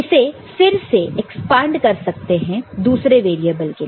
इसे फिर से एक्सपांड कर सकते हैं दूसरे वेरिएबल के लिए